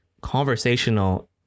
conversational